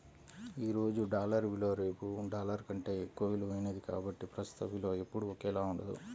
ఈ రోజు డాలర్ విలువ రేపు డాలర్ కంటే ఎక్కువ విలువైనది కాబట్టి ప్రస్తుత విలువ ఎప్పుడూ ఒకేలా ఉండదు